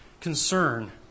concern